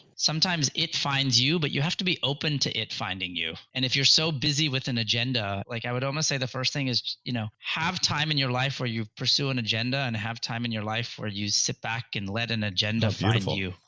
sometimes it finds you but you have to be open to it finding you. and if you're so busy with an agenda, like i would almost say the first thing is you know have time in your life where you pursue an agenda and have time in your life where you sit back and let an agenda find you